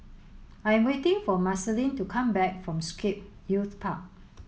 I'm waiting for Marceline to come back from Scape Youth Park